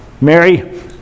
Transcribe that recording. Mary